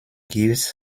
gives